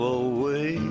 away